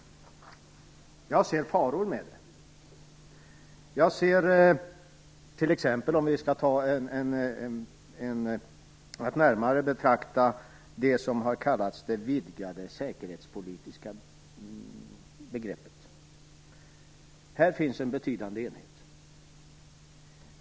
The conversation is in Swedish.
Jag ser faror med det. Låt oss exempelvis närmare betrakta det som har kallats det vidgade säkerhetspolitiska begreppet. Kring detta finns en betydande enighet.